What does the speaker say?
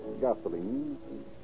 gasoline